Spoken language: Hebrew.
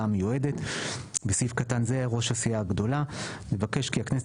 המיועדת (בסעיף קטן זה ראש הסיעה הגדולה) לבקש כי הכנסת